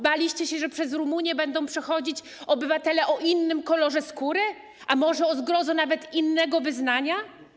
Baliście się, że przez Rumunię będą przechodzić obywatele o innym kolorze skóry, a może, o zgrozo, nawet innego wyznania?